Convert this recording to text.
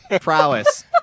prowess